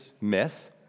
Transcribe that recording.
myth